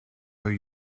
where